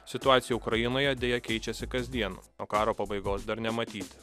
situacija ukrainoje deja keičiasi kasdien o karo pabaigos dar nematyti